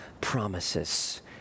promises